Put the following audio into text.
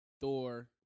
Thor